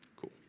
Cool